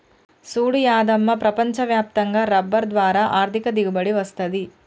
సూడు యాదమ్మ ప్రపంచ వ్యాప్తంగా రబ్బరు ద్వారా ఆర్ధిక దిగుబడి వస్తది